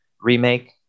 remake